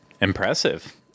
Impressive